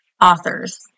authors